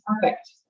perfect